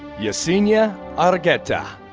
yesenia argueta.